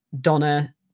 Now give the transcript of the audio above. Donna